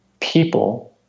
people